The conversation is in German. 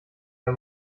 wir